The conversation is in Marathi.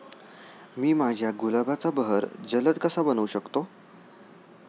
मी माझ्या गुलाबाचा बहर जलद कसा बनवू शकतो?